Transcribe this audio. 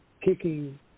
kicking